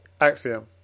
Axiom